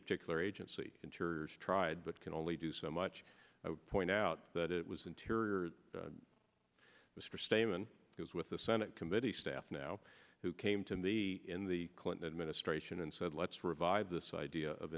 particular agency interiors tried but can only do so much i would point out that it was interior mr stayman because with the senate committee staff now who came to the in the clinton administration and said let's revive this idea of